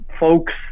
folks